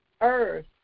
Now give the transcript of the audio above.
earth